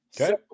okay